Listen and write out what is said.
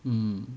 mm